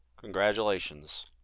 congratulations